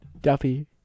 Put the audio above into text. Duffy